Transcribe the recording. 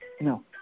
No